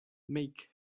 make